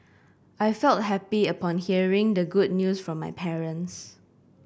I felt happy upon hearing the good news from my parents